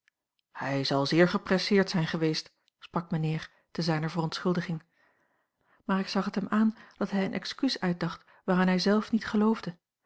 hij zal zeer gepresseerd zijn geweest sprak mijnheer te zijner verontschuldiging maar ik zag het hem aan dat hij een excuus uitdacht waaraan hij zelf niet geloofde